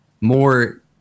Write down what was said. more